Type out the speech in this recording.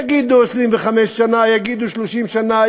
יגידו: 25 שנה, יגידו: 30 שנה.